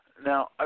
Now